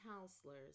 counselors